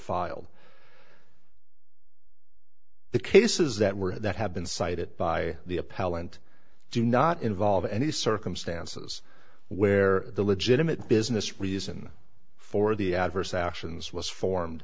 filed the cases that were that have been cited by the appellant do not involve any circumstances where the legitimate business reason for the adverse actions was formed